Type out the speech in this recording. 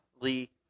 Lee